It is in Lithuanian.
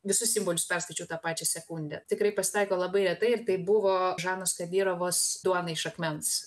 visus simbolius perskaičiau tą pačią sekundę tikrai pasitaiko labai retai ir tai buvo žanos kadirovos duona iš akmens